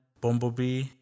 Bumblebee